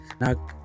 now